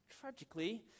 tragically